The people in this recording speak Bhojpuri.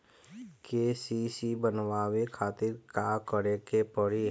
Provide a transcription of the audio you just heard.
के.सी.सी बनवावे खातिर का करे के पड़ी?